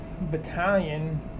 battalion